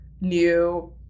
new